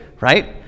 right